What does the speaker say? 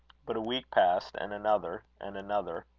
but a week passed, and another, and another.